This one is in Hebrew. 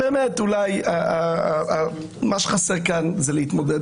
מה שחסר כאן הוא להתמודד,